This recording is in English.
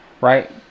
right